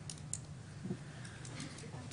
)